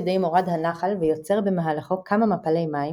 כדי מורד הנחל ויוצר במהלכו כמה מפלי מים,